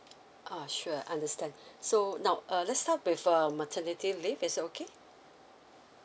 err sure understand so now err let's start with a maternity leave is it okay